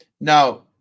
now